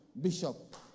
bishop